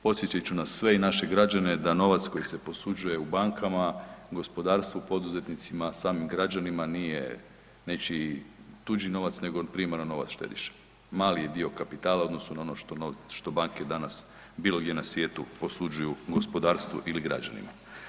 Podsjetit ću na sve i naše građane da novac koji se posuđuje u bankama gospodarstvu, poduzetnicima, samim građanima, nije nečiji tuđi novac nego primaran novac štediša, mali je dio kapitala u odnosu na ono što, što banke danas bilo gdje na svijetu posuđuju gospodarstvu ili građanima.